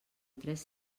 tres